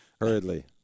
Hurriedly